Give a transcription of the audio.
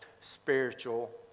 spiritual